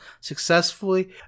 successfully